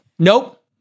Nope